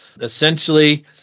Essentially